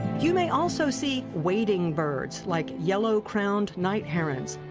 you may also see wading birds like yellow-crowned night herons,